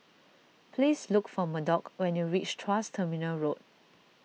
please look for Murdock when you reach Tuas Terminal Road